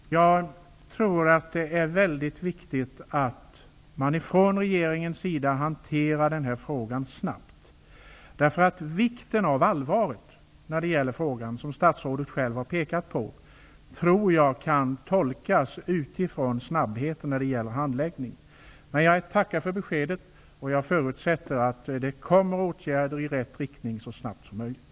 Herr talman! Jag tror att det är viktigt för regeringen att hantera denna fråga snabbt. Vikten och allvaret i denna fråga -- som statsrådet själv har pekat på -- kan tolkas utifrån hur snabbt handläggningen sker. Jag tackar för beskedet, och jag förutsätter att det kommer att ske åtgärder i rätt riktning så snabbt som möjligt.